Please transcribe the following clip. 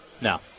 No